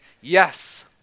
yes